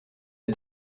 est